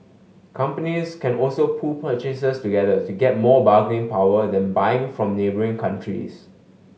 companies can also pool purchases together to get more bargaining power then buying from neighbouring countries